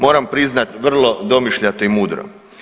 Moram priznati vrlo domišljato i mudro.